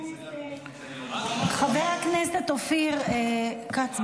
--- חבר הכנסת אופיר כץ,